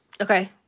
Okay